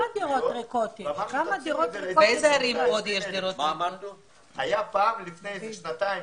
לפני כשנתיים,